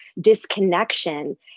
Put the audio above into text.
disconnection